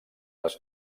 les